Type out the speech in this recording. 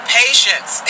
patience